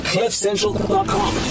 Cliffcentral.com